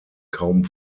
kaum